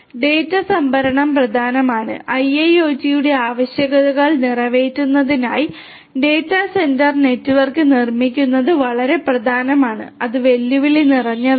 data സംഭരണം പ്രധാനമാണ് IIoT യുടെ ആവശ്യകതകൾ നിറവേറ്റുന്നതിനായി ഡാറ്റാ സെന്റർ നെറ്റ്വർക്ക് നിർമ്മിക്കുന്നത് വളരെ പ്രധാനമാണ് അത് വെല്ലുവിളി നിറഞ്ഞതാണ്